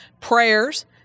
prayers